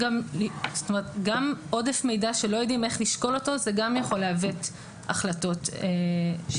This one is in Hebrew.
גם עודף מידע שלא יודעים איך לשקול אותו יכול לעוות החלטות שיפוטיות.